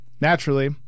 Naturally